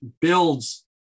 builds